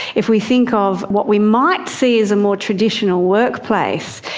if we think of what we might see as a more traditional workplace,